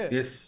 Yes